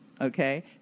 Okay